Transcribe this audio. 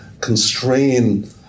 constrain